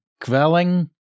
quelling